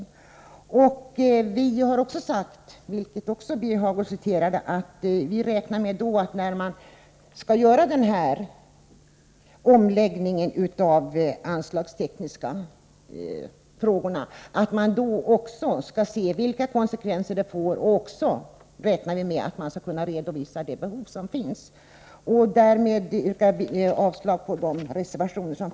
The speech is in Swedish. Vi har också sagt, vilket Birger Hagård citerade, att när man skall göra omläggningen av anslagen vad avser de tekniska frågorna räknar vi med att man skall se på vilka konsekvenser det får och redovisa de behov som finns. Därmed yrkar jag avslag på reservationerna.